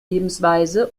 lebensweise